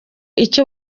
icyo